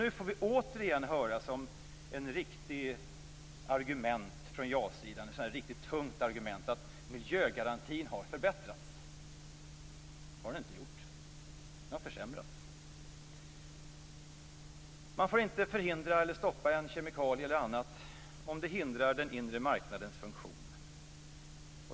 Nu får vi återigen som ett riktigt tungt argument från ja-sidan höra att miljögarantin har förbättrats. Det har den inte gjort. Den har försämrats! Man får inte förhindra eller stoppa en kemikalie t.ex. om det hindrar den inre marknadens funktion.